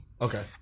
Okay